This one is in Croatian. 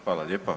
Hvala lijepa.